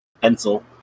Pencil